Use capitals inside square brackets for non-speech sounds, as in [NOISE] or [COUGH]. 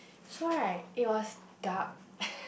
so right it was dark [NOISE]